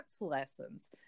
lessons